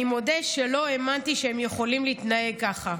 אני מודה שלא האמנתי שהם יכולים להתנהג ככה.